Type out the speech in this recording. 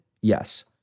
Yes